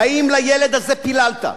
האם לילד הזה פיללת?